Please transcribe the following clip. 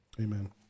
Amen